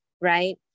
right